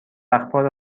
اخبار